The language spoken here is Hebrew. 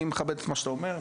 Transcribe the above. אני מכבד את מה שאתה אומר,